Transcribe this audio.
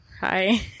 hi